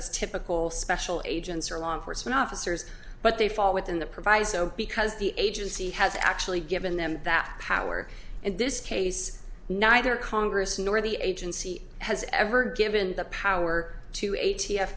as typical special agents or law enforcement officers but they fall within the proviso because the agency has actually given them that power in this case neither congress nor the agency has ever given the power to a